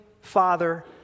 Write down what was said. father